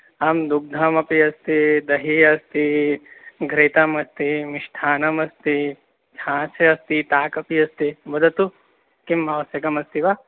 आं दुग्धमपि अस्ति दहिः अस्ति घृतम् अस्ति मिष्टान्नमस्ति हास्से अस्ति ताकपि अस्ति वदतु किम् आवश्यकमस्ति वा